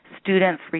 students